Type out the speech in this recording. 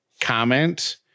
comment